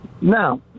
Now